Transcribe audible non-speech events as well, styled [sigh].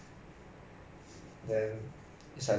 [laughs] your english damn cui leh